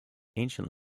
ancient